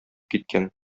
киткән